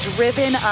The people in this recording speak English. Driven